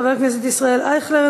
חבר הכנסת ישראל אייכלר,